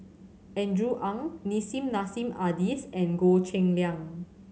Andrew Ang Nissim Nassim Adis and Goh Cheng Liang